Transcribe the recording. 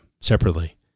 separately